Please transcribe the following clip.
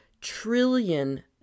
trillion